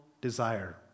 desire